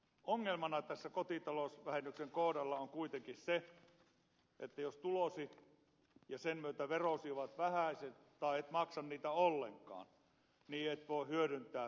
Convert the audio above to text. ongelmana tässä kotitalousvähennyksen kohdalla on kuitenkin se että jos tulosi ja sen myötä verosi ovat vähäiset tai et maksa niitä ollenkaan niin et voi hyödyntää kyseistä vähennystä